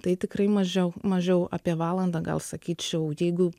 tai tikrai mažiau mažiau apie valandą gal sakyčiau jeigu